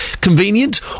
Convenient